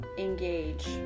Engage